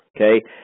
okay